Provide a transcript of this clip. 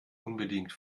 unbedingt